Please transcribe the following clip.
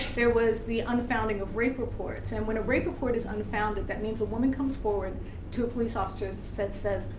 there was the unfounding of rape reports. and when a rape report is unfounded, that means a woman comes forward to a police officer and says,